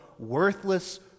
worthless